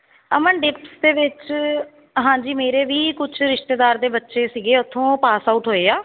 ਅਮਨ ਡਿਸਕ ਦੇ ਵਿੱਚ ਹਾਂਜੀ ਮੇਰੇ ਵੀ ਕੁਝ ਰਿਸ਼ਤੇਦਾਰ ਦੇ ਬੱ ਚੇ ਸੀਗੇ ਉੱਥੋਂ ਪਾਸ ਆਊਟ ਹੋਏ ਆ